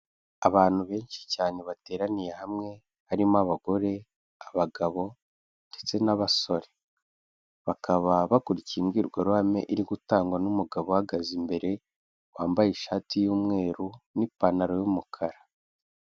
Abantu benshi cyane bateraniye hamwe, harimo abagore, abagabo ndetse n'abasore, bakaba bakurikiye imbwirwaruhame iri gutangwa n'umugabo uhagaze imbere, wambaye ishati y'umweru n'ipantaro y'umukara.